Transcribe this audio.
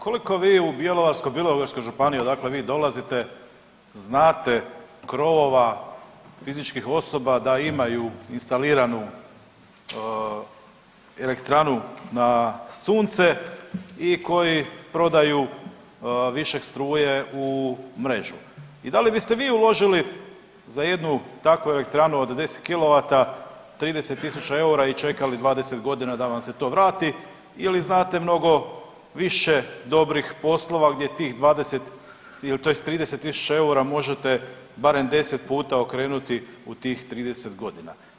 Koliko vi u Bjelovarko-bilogorskoj županiji, odakle vi dolazite znate krovova fizičkih osoba da imaju instaliranu elektranu na sunce i koji prodaju višak struje u mrežu i da li biste vi uložili za jednu takvu elektranu od 10 kilovata 30 tisuća eura i čekali 20 godina da vam se to vrati ili znate mnogo više dobrih poslova gdje tih 20 tj. 30 tisuća eura možete barem 10 puta okrenuti u tih 30 godina.